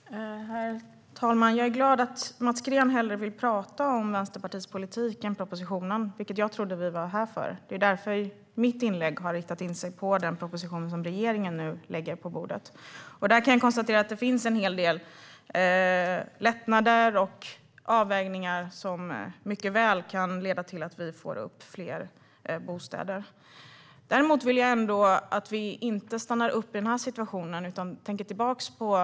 Herr talman! Jag är glad att Mats Green hellre vill prata om Vänsterpartiets politik än om propositionen, vilket jag trodde vi var här för. Det var därför som mitt inlägg riktade in sig på den proposition som regeringen nu lägger på bordet. Där kan jag konstatera att det finns en hel del lättnader och avvägningar som mycket väl kan leda till fler bostäder. Jag vill ändå att vi inte stannar upp i den här situationen utan tänker tillbaka.